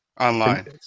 online